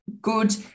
good